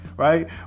Right